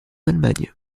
allemagne